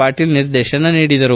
ಪಾಟೀಲ ನಿರ್ದೇಶನ ನೀಡಿದರು